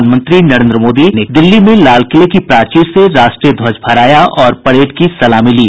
प्रधानमंत्री नरेन्द्र मोदी ने दिल्ली में लालकिले की प्राचीर से राष्ट्रीय ध्वज फहराया और परेड की सलामी ली